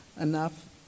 enough